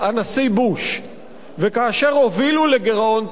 וכאשר הובילו לגירעון תקציבי קיצוני,